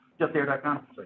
Justair.com